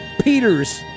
Peters